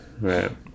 right